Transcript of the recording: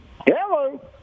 Hello